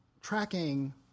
tracking